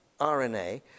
RNA